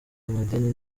amadini